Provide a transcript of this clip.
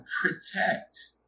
protect